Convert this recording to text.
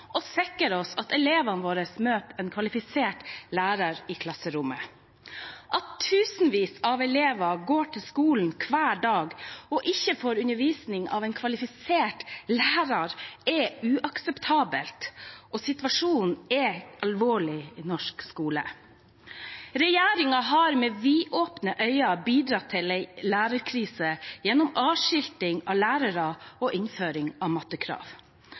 og sikre at elevene våre møter en kvalifisert lærer i klasserommet. At tusenvis av elever går til skolen hver dag og ikke får undervisning av en kvalifisert lærer, er uakseptabelt. Situasjonen er alvorlig i norsk skole. Regjeringen har med vidåpne øyne bidratt til en lærerkrise gjennom avskilting av lærere og innføring av mattekrav.